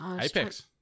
apex